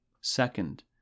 Second